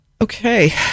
Okay